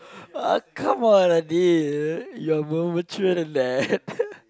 oh come on Adil you are more mature than that